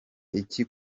iki